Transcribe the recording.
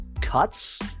cuts